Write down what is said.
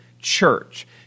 church